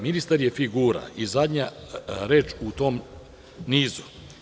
Ministar je figura i zadnja reč u tom nizu.